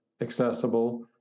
accessible